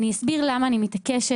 אני אסביר למה אני מתעקשת,